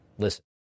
Listen